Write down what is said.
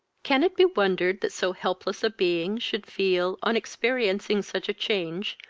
can it be wondered that so helpless a being should feel, on experiencing such a change,